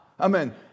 Amen